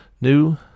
New